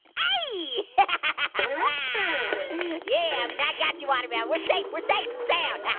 i yeah yeah yeah yeah got you, watermelon, we're safe, we're safe and sound. yeah